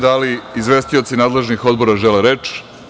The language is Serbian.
Da li izvestioci nadležnih odbora žele reč?